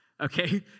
Okay